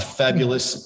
fabulous